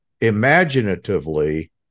imaginatively